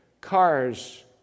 cars